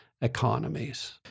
economies